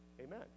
Amen